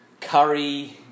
Curry